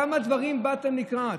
כמה דברים באתם לקראת?